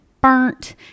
burnt